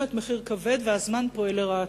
משלמת מחיר כבד והזמן פועל לרעתה.